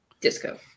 disco